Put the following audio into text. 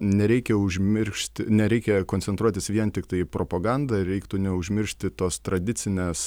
nereikia užmiršt nereikia koncentruotis vien tiktai į propagandą ir reiktų neužmiršti tos tradicinės